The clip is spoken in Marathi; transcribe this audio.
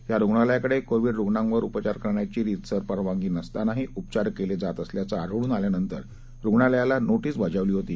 या रूग्णालयाकडे कोव्हीड रूग्णांवर उपचार करण्याची रितसर परवानगी नसताना उपचार केले जात असल्याचं आढळून आल्यानंतर रूग्णालयाला नोटीस बजावली होती